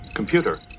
Computer